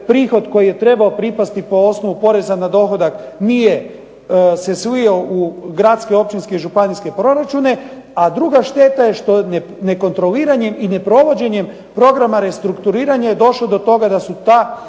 prihod koji je trebao pripasti po osnovu poreza na dohodak nije se slio u gradske, općinske i županijske proračune, a druga šteta je što nekontroliranjem i neprovođenjem programa restrukturiranja je došlo do toga da su ta